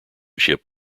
ship